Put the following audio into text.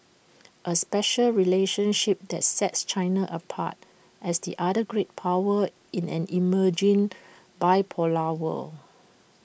A special relationship that sets China apart as the other great power in an emerging bipolar world